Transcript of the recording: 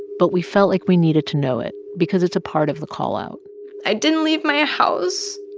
but we felt like we needed to know it because it's a part of the call-out i didn't leave my ah house.